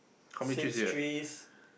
six trees